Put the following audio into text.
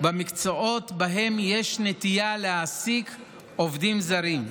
במקצועות שבהם יש נטייה להעסיק עובדים זרים,